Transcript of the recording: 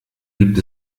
gibt